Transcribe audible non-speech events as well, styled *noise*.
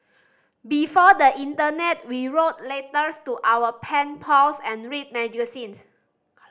before the internet we wrote letters to our pen pals and read magazines *unintelligible*